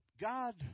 God